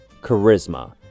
Charisma